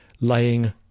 laying